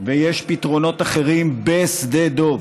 ויש פתרונות אחרים בשדה דב,